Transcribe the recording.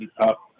up